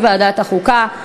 לדיון מוקדם בוועדת החוקה,